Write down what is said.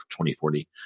2040